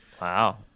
Wow